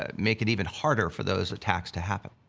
ah make it even harder for those attacks to happen.